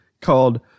called